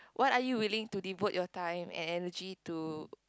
what are you willing to devote your time and energy to